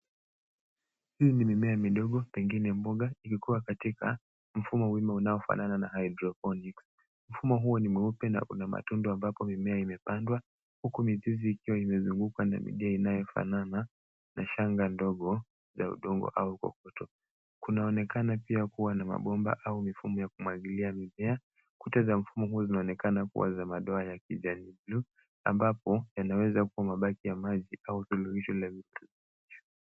Hii ni mimea midogo pengine mboga vikiwa katika mfumo wima unaofanana na haidroponi. Mfumo huu ni mweupe na una matundu ambapo mimea imepandwa huku mizizi ikiwa imezungukwa na midia inayofanana na shanga ndogo la udongo au kokoto. Kunaonekana pia kuwa na mabomba au mifumo ya kumwagilia mimea kuto mfumo zinaonekana kuwa za madoa ya kijani bluu ambapo yanaweza kuwa mabaki ya maji au suluhisho.